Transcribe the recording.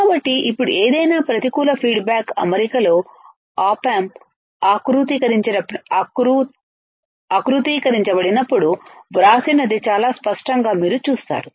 కాబట్టి ఇప్పుడు ఏదైనా ప్రతికూల ఫీడ్ బ్యాక్ అమరికలో op amp ఆకృతీకరించబడినప్పుడు వ్రాసినది చాలా స్పష్టంగా మీరు చూస్తారు